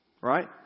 Right